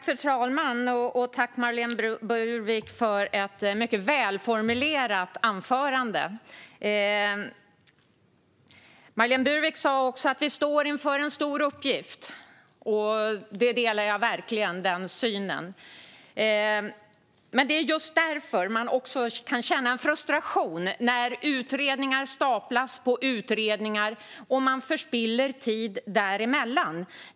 Fru talman! Tack, Marlene Burwick, för ett mycket välformulerat anförande! Marlene Burwick sa att vi står inför en stor uppgift, och den synen delar jag verkligen. Men det är just därför man också kan känna en frustration när utredningar staplas på utredningar och man förspiller tid däremellan.